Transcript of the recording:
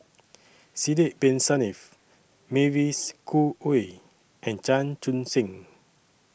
Sidek Bin Saniff Mavis Khoo Oei and Chan Chun Sing